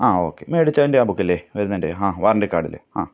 ആ ഓക്കെ മേടിച്ചതിൻ്റെ ആ ബുക്കല്ലെ വരുന്നതിൻറ്റെ ആ വാറൻറ്റി കാർഡിൽ ആ